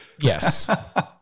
Yes